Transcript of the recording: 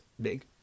big